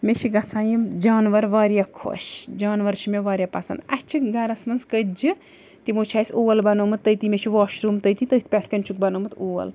مےٚ چھِ گَژھان یِم جانور واریاہ خۄش جانور چھِ مےٚ واریاہ پَسنٛد اسہِ چھِ گھرَس منٛز کٔتجہِ تِمو چھُ اسہِ اول بَنومُت تٔتی مےٚ چھُ واشروٗم تٔتی تٔتھۍ پٮ۪ٹھ کَنۍ چھُکھ بَنومُت اول